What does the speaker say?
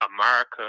America